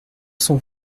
son